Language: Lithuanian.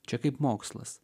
čia kaip mokslas